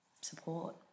support